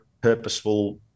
purposeful